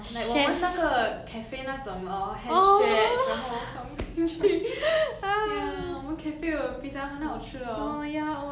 like 我们那个 cafe 那种 orh hand stretched 然后放进去 ya 我们 cafe pizza 很好吃 orh